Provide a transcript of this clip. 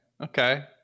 Okay